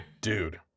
Dude